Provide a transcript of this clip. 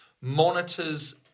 monitors